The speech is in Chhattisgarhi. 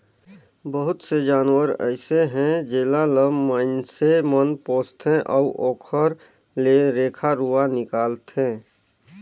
बहुत से जानवर अइसे हे जेला ल माइनसे मन पोसथे अउ ओखर ले रेखा रुवा निकालथे